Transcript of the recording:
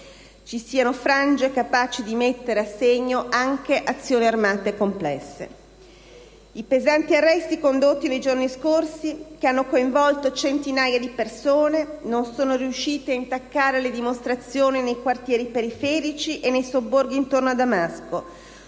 ci sono frange capaci di mettere a segno anche azioni armate complesse. I pesanti arresti condotti nei giorni scorsi, che hanno coinvolto centinaia di persone, non sono riusciti a intaccare le dimostrazioni nei quartieri periferici e nei sobborghi intorno a Damasco,